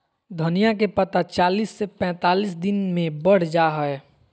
धनिया के पत्ता चालीस से पैंतालीस दिन मे बढ़ जा हय